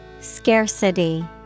Scarcity